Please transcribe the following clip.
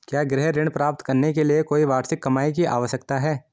क्या गृह ऋण प्राप्त करने के लिए कोई वार्षिक कमाई की आवश्यकता है?